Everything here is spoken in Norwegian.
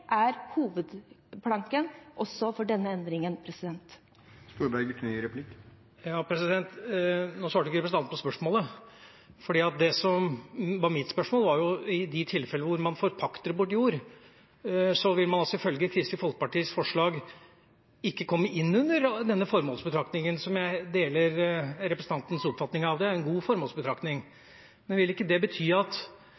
svarte ikke på spørsmålet, for mitt spørsmål handlet om de tilfellene hvor man forpakter bort jord. Da vil man, ifølge Kristelig Folkepartis forslag, ikke komme inn under denne formålsbetraktningen, som jeg deler representantens oppfatning av. Det er en god formålsbetraktning.